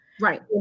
Right